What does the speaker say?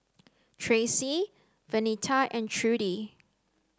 Traci Vernita and Trudie